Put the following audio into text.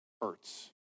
hurts